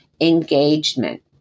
engagement